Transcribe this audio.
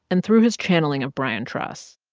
and through his channeling of brian truss.